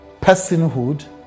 personhood